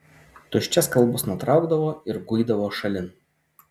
tuščias kalbas nutraukdavo ir guidavo šalin